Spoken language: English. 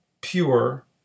pure